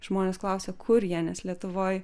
žmonės klausia kur jie nes lietuvoj